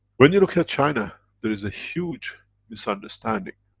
when you look at china, there is a huge misunderstanding!